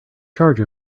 charge